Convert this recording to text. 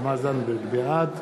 בעד